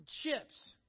chips